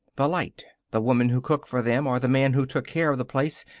the light. the woman who cooked for them or the man who took care of the place.